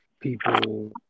people